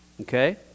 okay